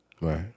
Right